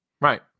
Right